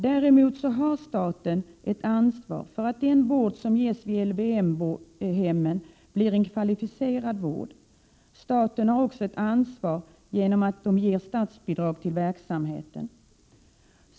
Däremot har staten ett ansvar för att den vård som ges vid LVM-hemmen blir en kvalificerad vård. Staten har också ett ansvar genom att statsbidrag ges till verksamheten.